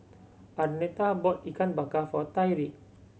Arnetta bought Ikan Bakar for Tyriq